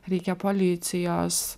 reikia policijos